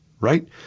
right